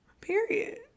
Period